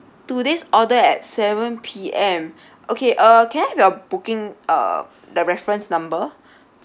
today's order at seven P_M okay uh can I have your booking uh the reference number